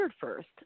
first